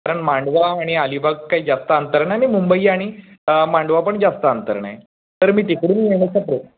कारण मांडवा आणि अलिबाग काही जास्त अंतर नाही आणि मुंबई आणि मांडवा पण जास्त अंतर नाही तर मी तिकडून येण्याचा प्रयत्न